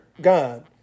God